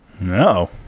No